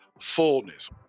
fullness